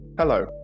Hello